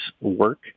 work